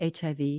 HIV